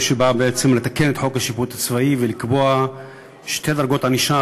שבאה בעצם לתקן את חוק השיפוט הצבאי ולקבוע שתי דרגות ענישה,